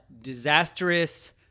disastrous